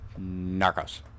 Narcos